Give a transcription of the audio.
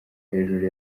hejuru